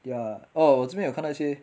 ya oh 我这边有看到一些